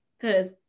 Cause